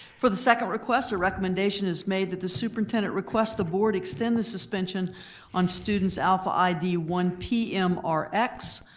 for the second request, a recommendation is made that the superintendent request the board extend the suspension on students alpha id one p m r x,